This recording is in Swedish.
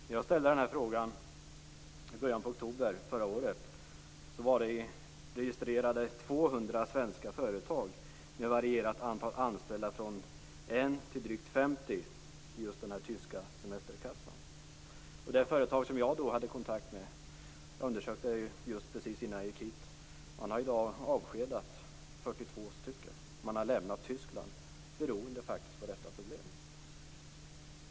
När jag ställde frågan i början på oktober förra året var 200 svenska företag registrerade med varierat antal anställda, från 1 till drygt 50, i just den här tyska semesterkassan. Det företag som jag då hade kontakt med undersökte jag just innan jag gick hit. Man har i dag avskedat 42 personer, och man har lämnat Tyskland, beroende på detta problem.